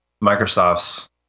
Microsoft's